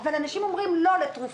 אין פניות 99 עד100 אושרו.